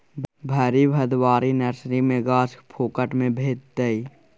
भरि भदवारी नर्सरी मे गाछ फोकट मे भेटितै